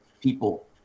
people